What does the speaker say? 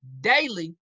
daily